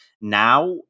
now